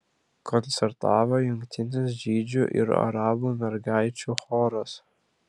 koncertavo jungtinis žydžių ir arabių mergaičių choras